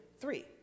three